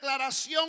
declaración